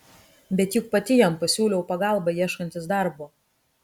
bet juk pati jam pasiūliau pagalbą ieškantis darbo